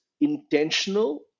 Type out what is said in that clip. intentional